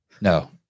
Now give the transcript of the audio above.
No